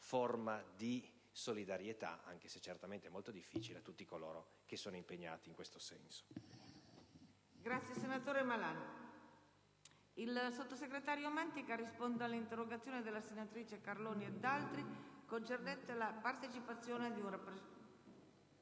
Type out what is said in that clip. forma di solidarietà, anche se certamente è molto difficile, a tutti coloro che sono impegnati in questo senso.